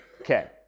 Okay